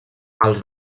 als